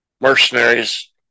mercenaries